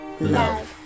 love